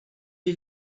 est